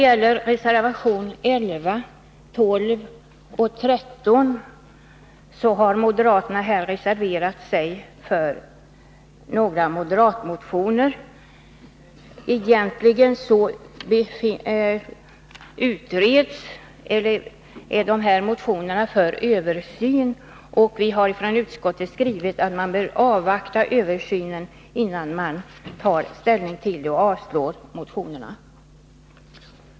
I reservationerna 11, 12 och 13 biträder moderaterna i utskottet några moderata motioner. Till en del är de i motionerna aktualiserade frågorna föremål för översyn. Utskottet har skrivit att man bör avvakta översynen, innan ställning tas och föreslås avslag på motionerna.